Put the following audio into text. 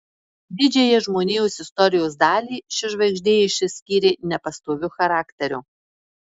didžiąją žmonijos istorijos dalį ši žvaigždė išsiskyrė nepastoviu charakteriu